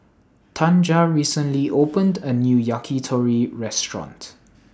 Tanja recently opened A New Yakitori Restaurant